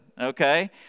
okay